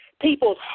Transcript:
people's